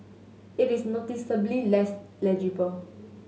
it is noticeably less legible